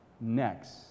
next